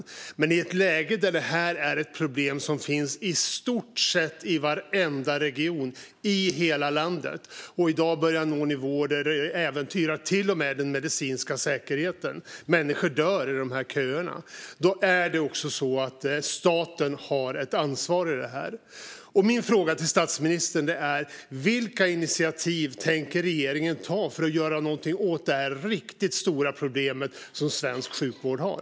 Men vi är i ett läge där det här är ett problem i stort sett i varenda region i hela landet och i dag börjar nå nivåer där det äventyrar till och med den medicinska säkerheten. Människor dör i köerna. Då har också staten ett ansvar för detta. Min fråga till statsministern är: Vilka initiativ tänker regeringen ta för att göra någonting åt detta riktigt stora problem som svensk sjukvård har?